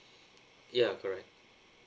ya correct